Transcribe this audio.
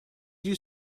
you